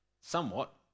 somewhat